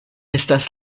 estas